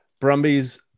Brumbies